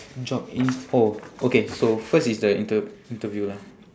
job info okay so first is the inter~ interview lah